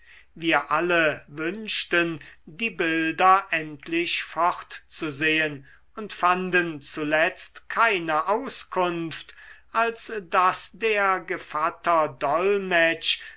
wir alle wünschten die bilder endlich fort zu sehen und fanden zuletzt keine auskunft als daß der gevatter dolmetsch